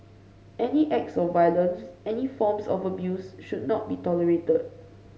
any acts of violence any forms of abuse should not be tolerated